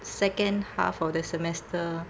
second half of the semester